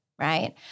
right